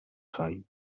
خوای